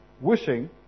Wishing